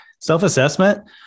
self-assessment